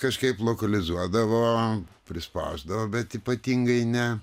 kažkaip lokalizuodavo prispausdavo bet ypatingai ne